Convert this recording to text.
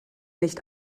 nicht